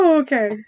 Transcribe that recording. Okay